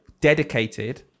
dedicated